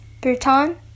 Bhutan